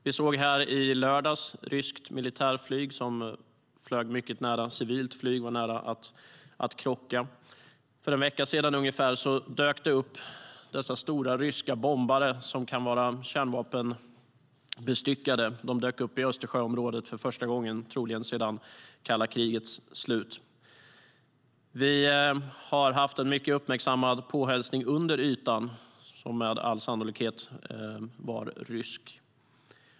Vi såg i lördags ryskt militärflyg som flög mycket nära civilt flyg och var nära att krocka. För ungefär en vecka sedan dök dessa stora ryska bombare som kan vara kärnvapenbestyckade upp i Östersjöområdet, troligen för första gången sedan det kalla krigets slut. Vi har haft en mycket uppmärksammad påhälsning under ytan som med all sannolikhet var rysk.